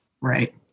Right